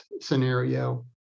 scenario